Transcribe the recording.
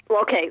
okay